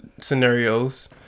scenarios